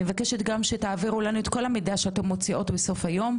מבקשת גם שתעבירו לנו את כל המידע שאתן מוציאות בסוף היום,